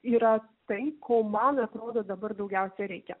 yra tai ko man atrodo dabar daugiausia reikia